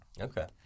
Okay